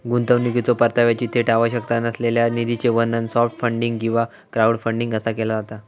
गुंतवणुकीच्यो परताव्याची थेट आवश्यकता नसलेल्या निधीचा वर्णन सॉफ्ट फंडिंग किंवा क्राऊडफंडिंग असा केला जाता